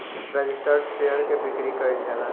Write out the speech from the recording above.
registered share के बिक्री कईल जाला